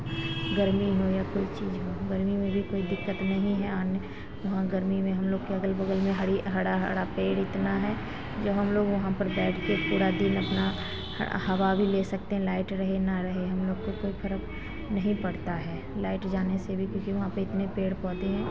गर्मी हो या कोई चीज़ हो गर्मी में भी कोई दिक्कत नहीं है आने वहाँ गर्मी में हम लोग के अगल बगल में हरी हरा हरा पेड़ इतना है जो हमलोग वहाँ पर बैठ कर पूरा दिन अपना हवा भी ले सकते हैं लाईट रहे ना रहे हम लोग को कोई फ़र्क़ नहीं पड़ता है लाईट जाने से भी क्योंकि वहाँ पर इतने पेड़ पौधे हैं